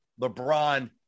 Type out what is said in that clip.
LeBron